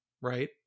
right